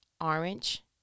orange